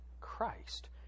Christ